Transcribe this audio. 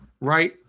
right